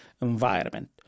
environment